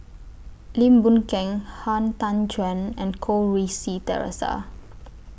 Lim Boon Keng Han Tan Juan and Goh Rui Si Theresa